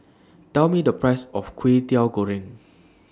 Tell Me The Price of Kway Teow Goreng